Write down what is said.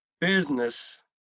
business